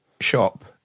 shop